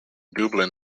dublin